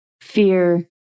Fear